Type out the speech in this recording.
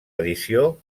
edició